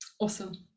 awesome